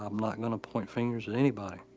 i'm not going to point fingers at anybody.